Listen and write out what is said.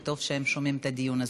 וטוב שהם שומעים את הדיון הזה.